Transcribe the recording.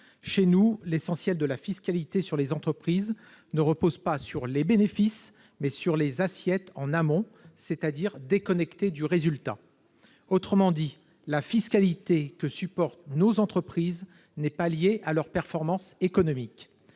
Chez nous, l'essentiel de la fiscalité sur les entreprises repose non pas sur les bénéfices, mais sur les assiettes, en amont, c'est-à-dire qu'elle est déconnectée du résultat. Autrement dit, la fiscalité que supportent nos entreprises n'est pas liée à leurs performances économiques.